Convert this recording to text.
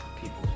people